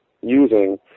using